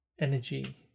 energy